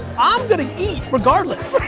ah i'm gonna eat regardless.